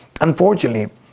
Unfortunately